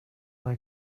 they